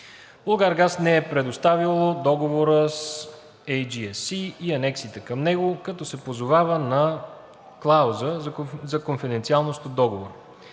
„Булгаргаз“ не е предоставило договора с AGSC и анексите към него, като се позовава на клауза за конфиденциалност от Договора.